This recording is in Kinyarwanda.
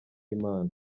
imana